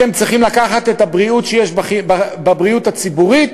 אתם צריכים לקחת את הבריאות שיש בבריאות הציבורית